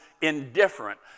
indifferent